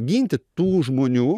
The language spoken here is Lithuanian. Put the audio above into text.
ginti tų žmonių